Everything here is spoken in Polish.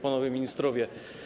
Panowie Ministrowie!